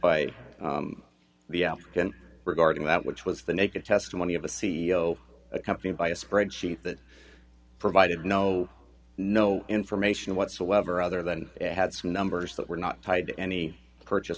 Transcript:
by the african regarding that which was the naked testimony of a c e o accompanied by a spreadsheet that provided no no information whatsoever other than it had some numbers that were not tied to any purchase